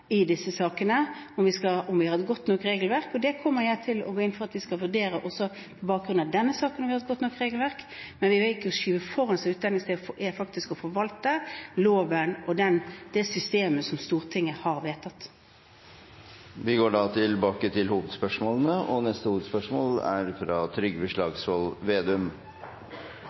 i disse sakene, og om vi har et godt nok regelverk. Og det kommer jeg til å gå inn for at vi skal vurdere, også på bakgrunn av denne saken. Men vi vil ikke skyve foran oss utlendingsmyndighetene. Det er faktisk å forvalte loven og det systemet som Stortinget har vedtatt. Da går vi til neste hovedspørsmål. Nord-Norge er